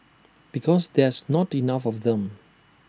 because there's not enough of them